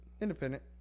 independent